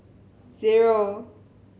zero